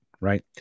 right